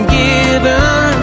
given